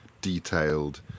detailed